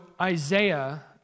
Isaiah